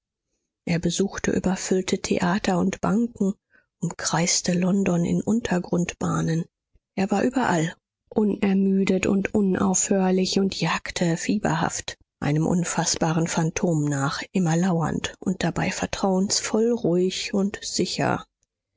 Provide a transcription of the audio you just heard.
er besuchte überfüllte theater und banken umkreiste london in untergrundbahnen er war überall unermüdet und unaufhörlich und jagte fieberhaft einem unfaßbaren phantom nach immer lauernd und dabei vertrauensvoll ruhig und sicher